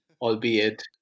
albeit